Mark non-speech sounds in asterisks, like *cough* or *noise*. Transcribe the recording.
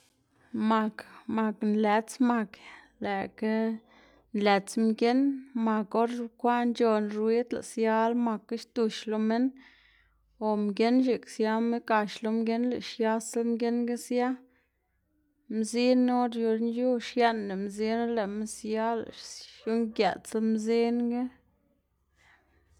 *noise* mak mak nlëts mak, lëꞌkga nlëts mginn, mak or bekwaꞌn c̲h̲on ruid lëꞌ siala makga xdux lo minn o mginn x̱iꞌk siama gax lo mginn lëꞌ xiasla mginnga sia. Mzinna or yu lën yu xieꞌnna mzin or lëꞌma sia lëꞌ *noise* xiungëꞌtsla mzinga. *noise*